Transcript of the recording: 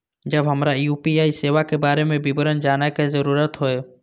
जब हमरा यू.पी.आई सेवा के बारे में विवरण जानय के जरुरत होय?